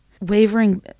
wavering